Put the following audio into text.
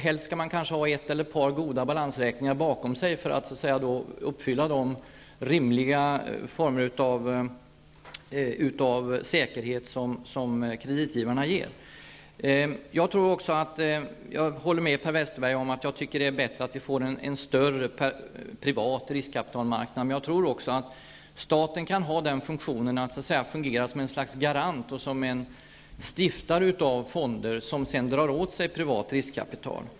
Helst skall man kanske ha en eller ett par goda balansräkningar bakom sig för att uppfylla de rimliga former av säkerhet som kreditgivarna ger. Jag håller med Per Westerberg om att det är bättre med en större privat riskkapitalmarknad, men jag tror också att staten kan ha den funktionen att den utgör ett slags garant och en stiftare av fonder, som sedan drar åt sig privat riskkapital.